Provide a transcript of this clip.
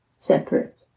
separate